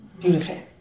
beautifully